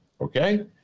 Okay